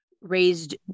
raised